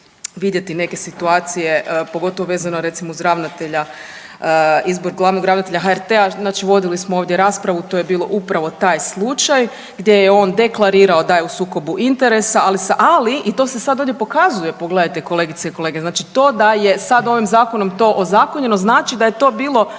neke situacije pogotovo recimo vezano uz ravnatelja, izbor glavnog ravnatelja HRT-a, znači vodili smo ovdje raspravu to je bio upravo taj slučaj gdje je on deklarirao da je on u sukobu interesa ali, ali i to se sad ovdje pokazuje pogledajte kolegice i kolege znači to da je sad ovim zakonom to ozakonjeno. Znači da je to bilo